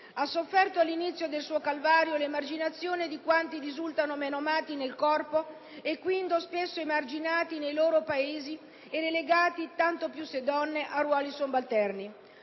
Ha sofferto all'inizio del suo calvario 1'emarginazione di quanti risultano menomati nel corpo e quindi spesso emarginati nei loro Paesi e relegati, tanto più se donne, a ruoli subalterni.